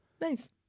Nice